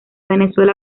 venezuela